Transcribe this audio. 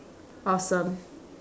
awesome